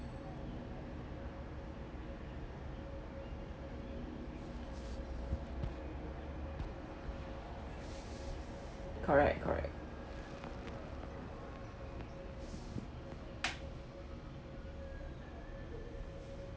correct correct